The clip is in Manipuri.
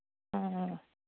ꯑꯣ